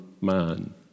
man